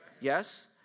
Yes